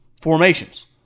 formations